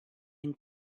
den